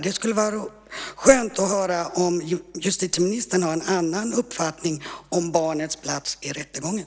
Det skulle vara skönt att höra om justitieministern har en annan uppfattning om barnets plats i rättegången.